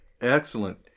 Excellent